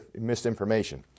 misinformation